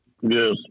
Yes